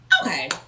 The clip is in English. okay